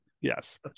Yes